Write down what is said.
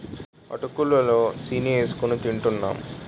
అటుకులు లో సీని ఏసుకొని తింటూంటాము